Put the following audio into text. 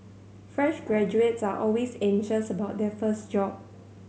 fresh graduates are always anxious about their first job